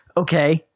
okay